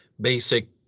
basic